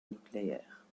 nucléaire